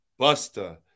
Busta